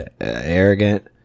arrogant